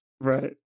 right